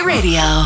Radio